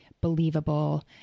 believable